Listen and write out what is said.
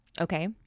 okay